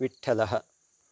विठ्ठलः